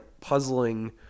puzzling